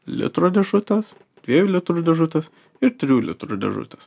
litro dėžutes dviejų litrų dėžutes ir trijų litrų dėžutes